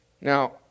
Now